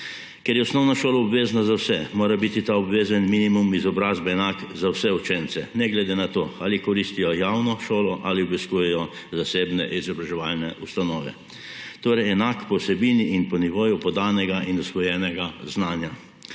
Ker je osnovna šola obvezna za vse, mora biti ta obveza in minimum izobrazbe enak za se učence, ne glede na to, ali koristijo javno šolo ali obiskujejo zasebne izobraževalne ustanove, torej enak po vsebini in po nivoju podanega ter osvojenega znanja.